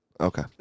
Okay